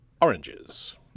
oranges